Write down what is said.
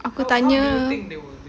aku tanya